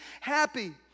happy